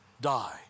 die